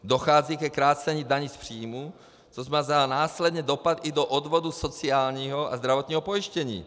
Dochází ke krácení daní z příjmů, což má následně dopad i do odvodu sociálního a zdravotního pojištění.